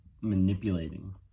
manipulating